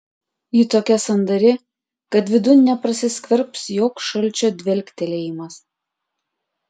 ji tokia sandari kad vidun neprasiskverbs joks šalčio dvelktelėjimas